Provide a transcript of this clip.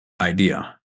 idea